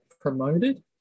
promoted